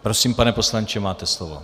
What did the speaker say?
Prosím, pane poslanče, máte slovo.